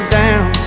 down